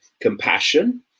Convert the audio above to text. compassion